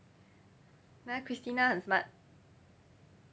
nah christina 很 smart